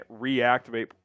reactivate